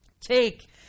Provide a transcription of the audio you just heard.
Take